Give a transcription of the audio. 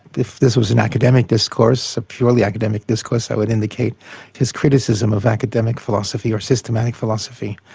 if this was an academic discourse, a purely academic discourse, that would indicate his criticism of academic philosophy or systematic philosophy.